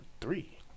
three